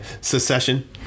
secession